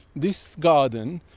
this garden,